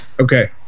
Okay